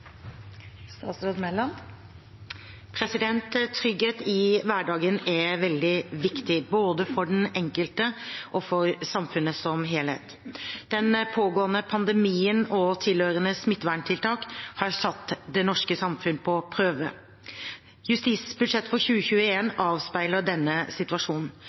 veldig viktig, både for den enkelte og for samfunnet som helhet. Den pågående pandemien og tilhørende smitteverntiltak har satt det norske samfunnet på prøve. Justisbudsjettet for 2021 avspeiler denne situasjonen.